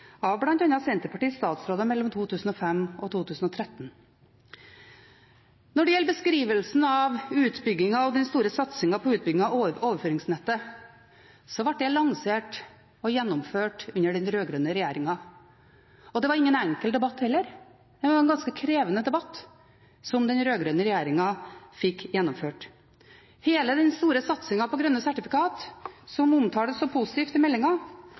av bl.a. Senterpartiets statsråder mellom 2005 og 2013. Når det gjelder utbyggingen og den store satsingen på utbyggingen av overføringsnettet, ble dette lansert og gjennomført under den rød-grønne regjeringen. Det var ingen enkel debatt, det var en ganske krevende debatt, som den rød-grønne regjeringen fikk gjennomført. Hele den store satsingen på grønne sertifikater, som omtales så positivt i